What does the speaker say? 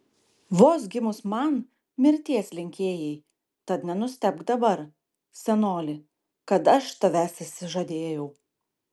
vos gimus man mirties linkėjai tad nenustebk dabar senoli kad aš tavęs išsižadėjau